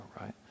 right